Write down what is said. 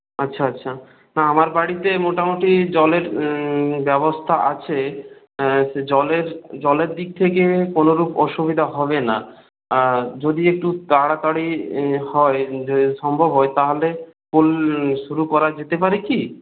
আচ্ছা আচ্ছা না আমার বাড়িতে মোটামুটি জলের ব্যবস্থা আছে জলের জলের দিক থেকে কোনোরূপ অসুবিধা হবে না যদি একটু তাড়াতাড়ি হয় সম্ভব হয় তাহলে শুরু করা যেতে পারে কি